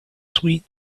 sweet